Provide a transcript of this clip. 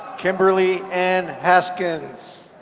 kimberly anne haskins.